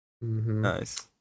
Nice